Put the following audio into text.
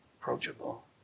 approachable